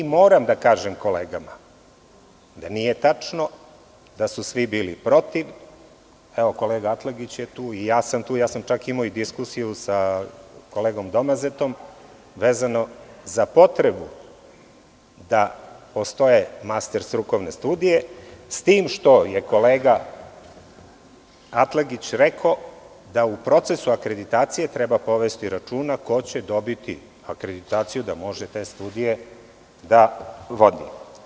Moram da kažem kolegama da nije tačno da su svi bili protiv, evo kolega Atlagić je tu, ja sam tu, čak sam imao i diskusiju sa kolegom Domazetom vezano za potrebu da postoje master studije, s tim što je kolega Atlagić rekao da u procesu akreditacije treba povesti računa ko će dobiti akreditaciju da može te studije da vodi.